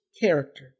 character